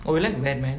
oh you like batman